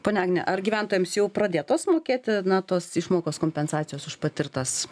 ponia agne ar gyventojams jau pradėtos mokėti na tos išmokos kompensacijos už patirtas